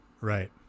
Right